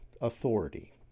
authority